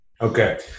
Okay